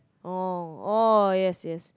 oh oh yes yes